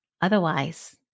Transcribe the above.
Otherwise